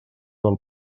del